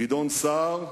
גדעון סער,